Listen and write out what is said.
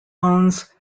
owns